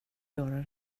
göra